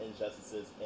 injustices